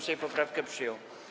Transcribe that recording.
Sejm poprawkę przyjął.